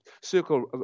circle